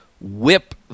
whip